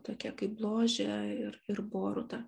tokie kaip bložė ir ir boruta